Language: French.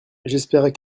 j’espérais